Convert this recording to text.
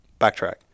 Backtrack